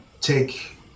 take